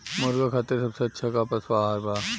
मुर्गा खातिर सबसे अच्छा का पशु आहार बा?